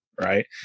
Right